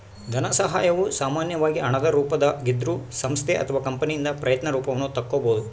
ಧನಸಹಾಯವು ಸಾಮಾನ್ಯವಾಗಿ ಹಣದ ರೂಪದಾಗಿದ್ರೂ ಸಂಸ್ಥೆ ಅಥವಾ ಕಂಪನಿಯಿಂದ ಪ್ರಯತ್ನ ರೂಪವನ್ನು ತಕ್ಕೊಬೋದು